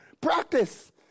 Practice